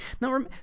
Now